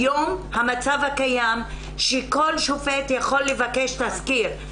היום המצב הקיים הוא שכל שופט יכול לבקש תסקיר,